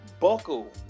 buckle